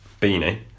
Beanie